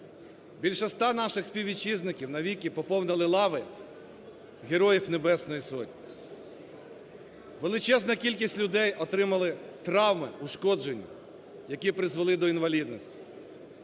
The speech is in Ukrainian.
Більше 100 наших співвітчизників навіки поповнили лави Героїв Небесної Сотні. Величезна кількість людей отримали травми, ушкодження, які призвели до інвалідності.